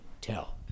tell